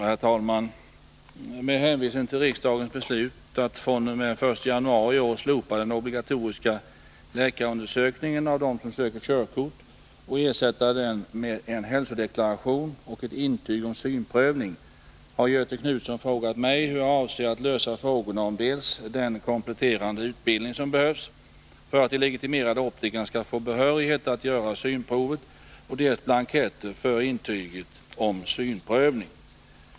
Herr talman! Med hänvisning till riksdagens beslut att fr.o.m. den 1 januari i år slopa den obligatoriska läkarundersökningen av dem som söker | körkort och ersätta den med en hälsodeklaration och ett intyg om synprövning har Göthe Knutson frågat mig hur jag avser att lösa frågorna om dels den kompletterande utbildning som behövs för att de legitimerade optikerna skall få behörighet att göra synprovet, dels blanketter för intyget om synprövning.